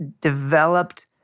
developed